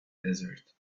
desert